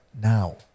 now